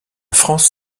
france